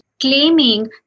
claiming